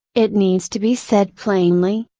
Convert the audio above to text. it needs to be said plainly,